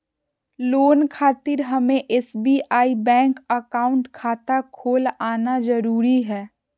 Loan खातिर हमें SBI bank account खाता खोल आना जरूरी है?